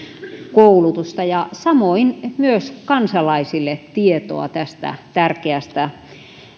koulutusta ja samoin myös kansalaisille tietoa tästä tärkeästä